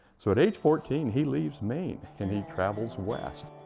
so at age fourteen, he leaves maine and he travels west.